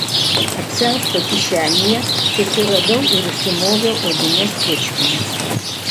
apsiausto kišenėje susiradau ir užsimoviau odines pirštines